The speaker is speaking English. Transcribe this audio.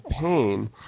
pain